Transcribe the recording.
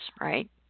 right